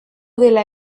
dela